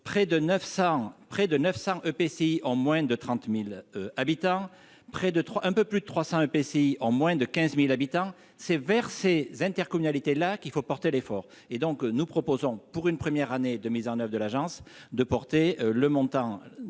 près de 900 EPCI en moins de 30000 habitants près de 3 un peu plus de 300 EPCI en moins de 15000 habitants, c'est vers ces intercommunalités là qu'il faut porter l'effort et donc nous proposons pour une première année de mise en Oeuvres de l'agence de porter le montant